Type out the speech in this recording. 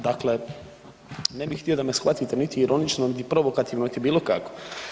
Dakle, ne bih htio da me shvatiti niti ironično, niti provokativno, niti bilo kako.